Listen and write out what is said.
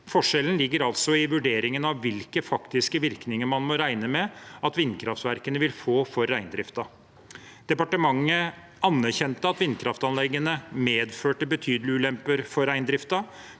Forskjellen ligger altså i vurderingene av hvilke faktiske virkninger man må regne med at vindkraftverkene vil få for reindriften. Departementet anerkjente at vindkraftanleggene medførte betydelige ulemper for reindriften,